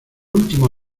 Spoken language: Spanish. último